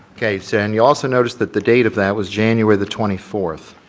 okay, so and you also noticed that the date of that was january the twenty fourth.